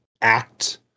act